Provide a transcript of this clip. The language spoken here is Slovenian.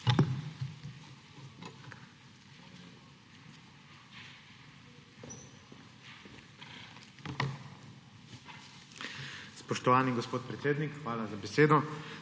Spoštovani gospod predsednik, hvala za besedo.